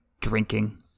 Drinking